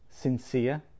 sincere